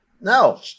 No